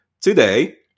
today